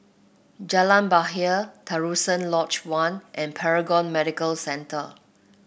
Jalan Bahagia Terusan Lodge One and Paragon Medical Centre